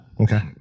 okay